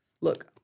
look